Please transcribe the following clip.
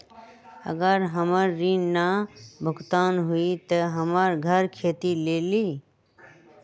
अगर हमर ऋण न भुगतान हुई त हमर घर खेती लेली?